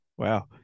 Wow